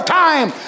time